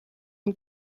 een